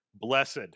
blessed